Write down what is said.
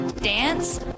dance